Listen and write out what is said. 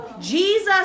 Jesus